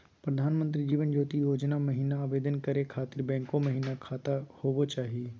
प्रधानमंत्री जीवन ज्योति योजना महिना आवेदन करै खातिर बैंको महिना खाता होवे चाही?